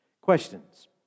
Questions